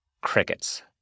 crickets